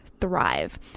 thrive